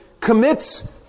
commits